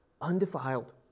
undefiled